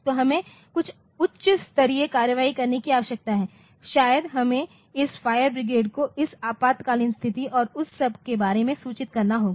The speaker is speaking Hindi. तो हमें कुछ उच्च स्तरीय कार्रवाई करने की आवश्यकता है शायद हमें इस फायर ब्रिगेड को इस आपातकालीन स्थिति और उस सब के बारे में सूचित करना होगा